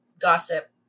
gossip